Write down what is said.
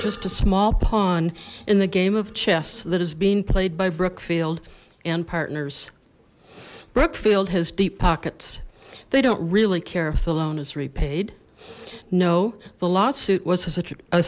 just a small pawn in the game of chess that is being played by brookfield and partners brookfield has deep pockets they don't really care if the loan is repaid no the lawsuit was such a